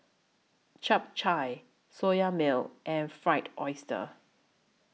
Chap Chai Soya Milk and Fried Oyster